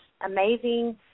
amazing